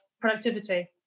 productivity